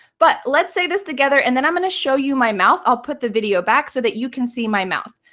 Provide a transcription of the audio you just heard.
but let's say this together. and then i'm going to show you my mouth. i'll put the video back so that you can see my mouth.